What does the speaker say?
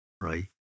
right